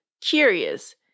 curious